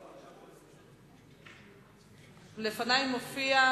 גברתי היושבת-ראש, תודה, אדוני השר,